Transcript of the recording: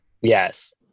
Yes